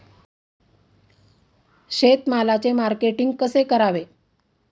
शेतमालाचे मार्केटिंग कसे करावे?